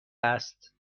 است